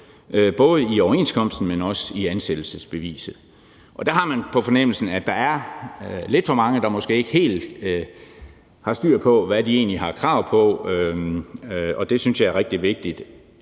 både i overenskomsten, men også i ansættelsesbeviset. Der har man på fornemmelsen, at der er lidt for mange, der måske ikke helt har styr på, hvad de egentlig har krav på. Det synes jeg er rigtig vigtigt,